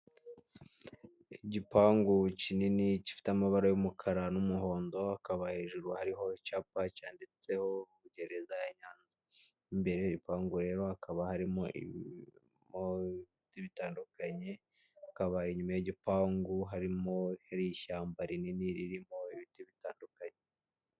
Igipangu kinini gifite amabara y'umukara n'umuhondo, hakaba hejuru hariho icyapa cyanditseho gereza ya Nyanza. Imbere y'ipangu rero, hakaba harimo ibiti bitandukanye, hakaba inyuma y'igipangu, hari ishyamba rinini ririmo ibiti bitandukanye.